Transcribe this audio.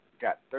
got